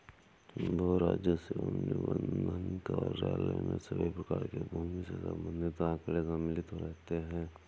भू राजस्व एवं निबंधन कार्यालय में सभी प्रकार के भूमि से संबंधित आंकड़े संकलित रहते हैं